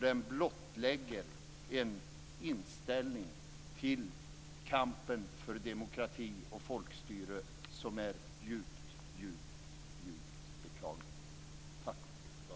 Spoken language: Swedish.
Det blottlägger en inställning till kampen för demokrati och folkstyre som är djupt beklaglig.